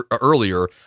earlier